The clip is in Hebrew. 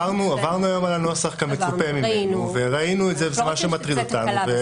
עברנו היום על הנוסח כמצופה ממנו וראינו את זה וזה משהו שמטריד אותנו.